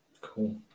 Cool